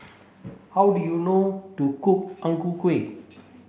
how do you know to cook Ang Ku Kueh